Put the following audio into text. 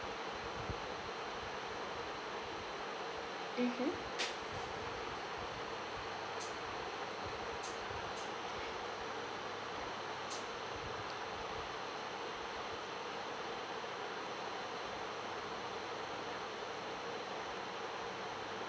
mmhmm